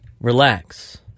Relax